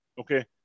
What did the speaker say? okay